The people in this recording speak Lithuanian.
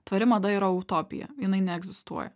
tvari mada yra utopija jinai neegzistuoja